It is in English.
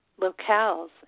locales